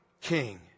King